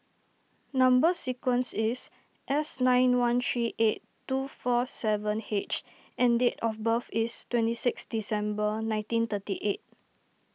Number Sequence is S nine one three eight two four seven H and date of birth is twenty six December nineteen thirty eight